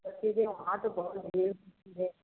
सब चीज़ है वहाँ तो बहुत भीड़ होती है